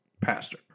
pastor